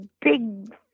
big